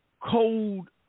cold